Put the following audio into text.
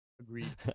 Agreed